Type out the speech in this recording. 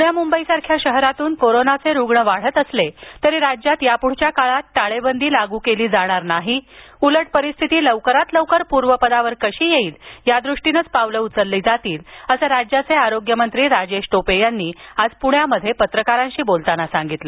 प्ण्या म्ंबईसारख्या शहरातून कोरोनाचे रुग्ण वाढत असले तरी राज्यात याप्ढील काळात टाळेबंदी लागू केली जाणार नाही उलट परिस्थिती लवकरात लवकर पूर्वपदावर कशी येईल यादृष्टीनंच पावले उचलली जातील असं राज्याचे आरोग्य मंत्री राजेश टोपे यांनी आज प्ण्यात पत्रकारांशी बोलताना सांगितलं